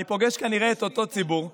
אני פוגש כנראה את אותו ציבור,